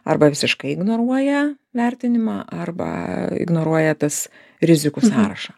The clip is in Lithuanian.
arba visiškai ignoruoja vertinimą arba ignoruoja tas rizikų sąrašą